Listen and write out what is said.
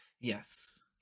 Yes